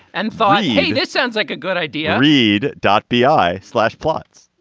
and thought hey this sounds like a good idea. read dot b i slash plots.